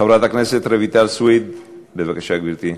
חברת הכנסת רויטל סויד, בבקשה, גברתי.